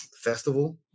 festival